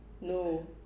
No